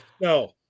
No